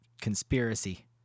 conspiracy